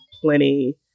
plenty